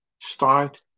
start